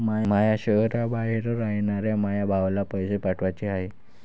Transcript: माया शैहराबाहेर रायनाऱ्या माया भावाला पैसे पाठवाचे हाय